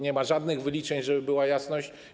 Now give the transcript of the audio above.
Nie ma żadnych wyliczeń, żeby była jasność.